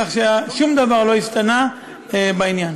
כך ששום דבר לא השתנה בעניין.